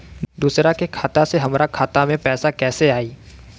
दूसरा के खाता से हमरा खाता में पैसा कैसे आई?